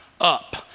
up